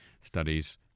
Studies